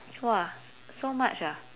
!wah! s~ so much ah